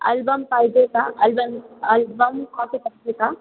album पाहिजे का album album copy पाहिजे का